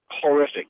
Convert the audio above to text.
horrific